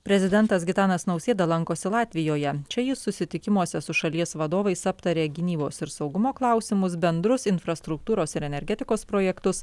prezidentas gitanas nausėda lankosi latvijoje čia jis susitikimuose su šalies vadovais aptarė gynybos ir saugumo klausimus bendrus infrastruktūros ir energetikos projektus